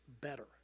better